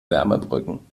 wärmebrücken